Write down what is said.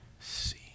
see